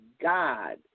God